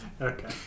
Okay